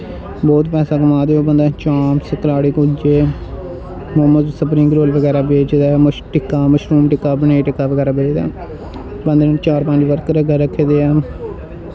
बौह्त पैसा कमा दे ओह् बंदा चांपस सतराड़ी कुंजे मोमोस सपरिंग रोल बगैरा बेचदा टिक्का मशरूम टिक्का पनीर टिक्का बगैरा बेचदा बंदे नै चार पंज वर्कर अग्गें रक्खे दे